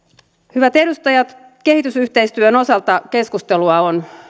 hyvät edustajat kehitysyhteistyön osalta keskustelua on